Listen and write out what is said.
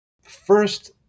First